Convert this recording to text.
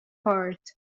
part